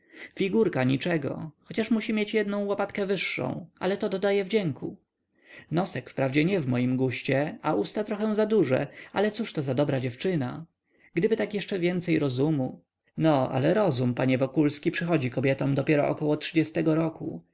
figurka niczego chociaż musi mieć jednę łopatkę wyższą ale to dodaje wdzięku nosek wprawdzie nie w moim guście a usta trochę za duże ale cóżto za dobra dziewczyna gdyby tak trochę więcej rozumu no ale rozum panie wokulski przychodzi kobietom dopiero około trzydziestego roku